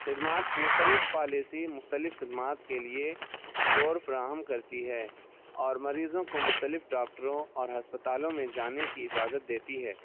خدمات مختلف پالیسی مختلف خدمات کے لیے کور فراہم کرتی ہے اور مریضوں کو مختلف ڈاکٹروں اور ہسپتالوں میں جانے کی اجازت دیتی ہے